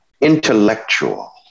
intellectual